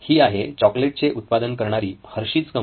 ही आहे चॉकलेट चे उत्पादन करणारी हर्शीज Hershey's कंपनी